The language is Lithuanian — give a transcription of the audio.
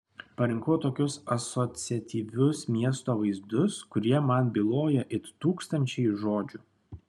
parinkau tokius asociatyvius miesto vaizdus kurie man byloja it tūkstančiai žodžių